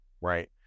Right